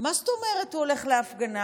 מה זאת אומרת הוא הולך להפגנה?